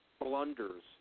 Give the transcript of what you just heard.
blunders